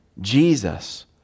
Jesus